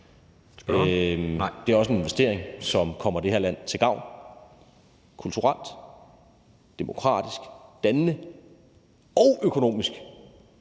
Det er også en investering, som kommer det her land til gavn kulturelt, demokratisk, dannelsesmæssigt og økonomisk.